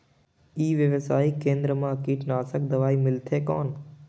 ई व्यवसाय केंद्र मा कीटनाशक दवाई मिलथे कौन?